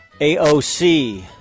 AOC